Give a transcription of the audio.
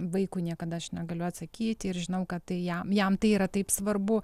vaikui niekada aš negaliu atsakyti ir žinau kad tai jam jam tai yra taip svarbu